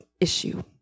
issue